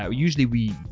ah usually we,